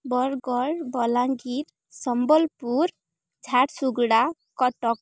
Bargarh Balangir Sambalpur Jharsuguda Cuttack